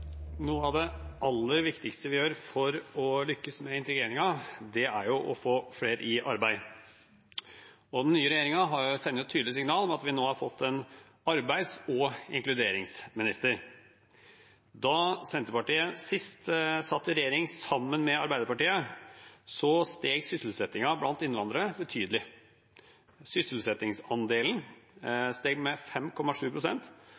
å få flere i arbeid. Den nye regjeringen sender et tydelig signal ved at vi nå har fått en arbeids- og inkluderingsminister. Da Senterpartiet sist satt i regjering sammen med Arbeiderpartiet, steg sysselsettingen blant innvandrere betydelig. Sysselsettingsandelen